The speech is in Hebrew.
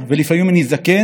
בינתיים לא חוטפים שום מכות.